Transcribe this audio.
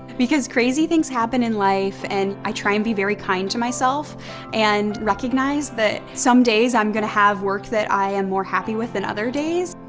because, crazy things happen in life, and i try and be very kind to myself and recognize that some days i'm gonna have work that i am more happy with than other days.